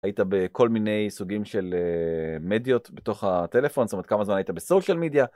היית בכל מיני סוגים של מדיות בתוך הטלפון, זאת אומרת, כמה זמן היית בסושיאל מדיה?